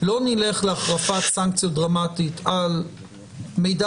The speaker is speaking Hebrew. לא נלך להחרפת סנקציה דרמטית על מידע